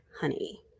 honey